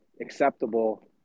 acceptable